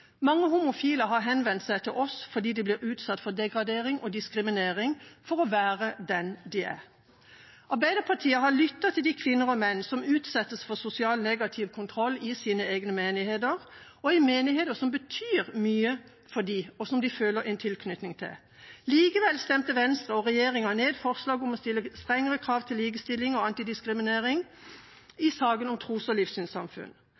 Mange homofile har henvendt seg til oss fordi de blir utsatt for degradering og diskriminering for å være den de er. Arbeiderpartiet har lyttet til de kvinner og menn som utsettes for negativ sosial kontroll i sine egne menigheter, og i menigheter som betyr mye for dem, og som de føler en tilknytning til. Likevel stemte Venstre og regjeringa ned forslag om å stille strengere krav til likestilling og antidiskriminering i sakene om tros- og livssynssamfunn.